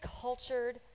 cultured